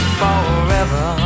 forever